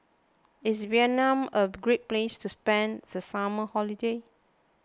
is Vietnam a great place to spend the summer holiday